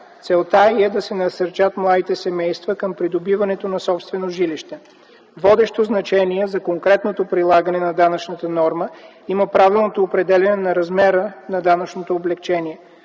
Целта е да се насърчат младите семейства към придобиването на собствено жилище. Водещо значение за конкретното прилагане на данъчната норма има правилното определяне на размера на данъчното облекчение.